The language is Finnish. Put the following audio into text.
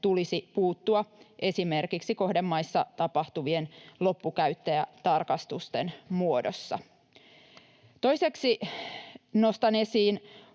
tulisi puuttua esimerkiksi kohdemaissa tapahtuvien loppukäyttäjätarkastusten muodossa. Toiseksi nostan esiin